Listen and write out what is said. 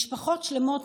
משפחות שלמות,